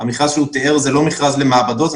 שהוא דיבר הוא לא מכרז למעבדות,